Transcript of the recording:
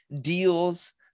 deals